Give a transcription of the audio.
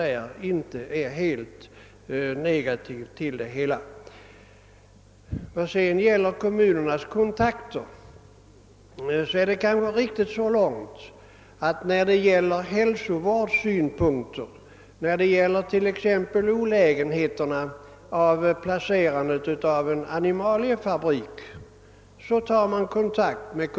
Beträffande kontakterna mellan lantbruksnämnderna och kommunerna är det kanske riktigt att sådana tas när det gäller hälsovårdssynpunkter, t.ex. olägenheterna vid placerandet av en animaliefabrik.